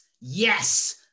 yes